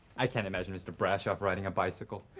i can't imagine mr. brashov riding a bicycle.